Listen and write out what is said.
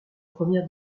première